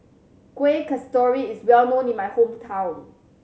Kuih Kasturi is well known in my hometown